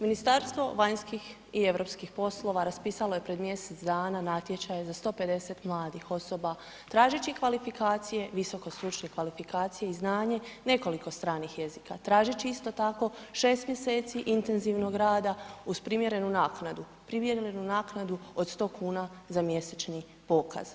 Ministarstvo vanjskih i europskih poslova raspisalo je pred mjesec dana natječaj za 150 mladih osoba tražeći kvalifikacije, visoko stručne kvalifikacije i znanje nekoliko stranih jezika, tražeći isto tako 6 mjeseci intenzivnog rada uz primjerenu naknadu, primjerenu naknadu od 100 kuna za mjesečni pokaz.